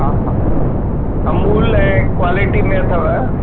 हा अमूल ऐं क्वालिटी में अथव